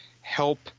help